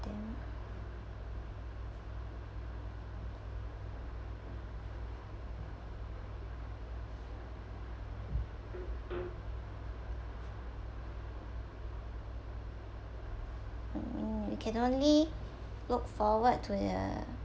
then mm you can only look forward to the